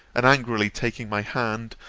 and angrily taking my hand,